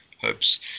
hopes